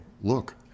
look